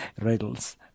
riddles